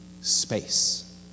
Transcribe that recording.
space